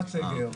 --- הפרת סגר.